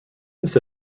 this